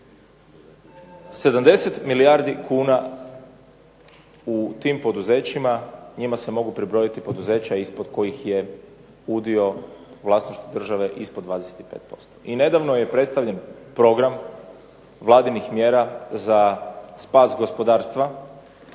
70 milijardi kuna u tim poduzećima, njima se mogu pribrojiti poduzeća ispod kojih je udio vlasništvo države ispod 25% i nedavno je predstavljen program Vladinih mjera za spas gospodarstva,